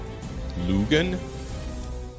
Lugan